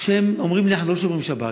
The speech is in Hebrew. ואמרו לי: אנחנו לא שומרים שבת,